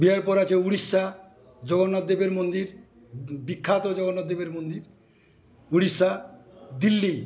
বিহার পর আছে উড়িষ্যা জগন্নাথ দেবের মন্দির বিখ্যাত জগন্নাথ দেবের মন্দির উড়িষ্যা দিল্লি